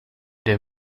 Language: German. der